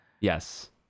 Yes